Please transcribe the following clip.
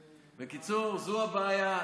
בקיצור, זו הבעיה.